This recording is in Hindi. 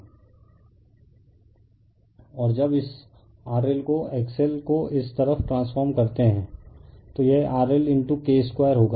रिफर स्लाइड टाइम 2849 और जब इस RL और XL को इस तरफ ट्रांसफॉर्म करते हैं तो यह RL K 2 होगा